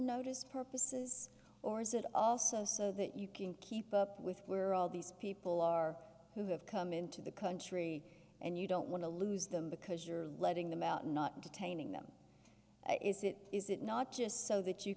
notice purposes or is it also so that you can keep up with were all these people are who have come into the country and you don't want to lose them because you're letting them out and not detaining them is it is it not just so that you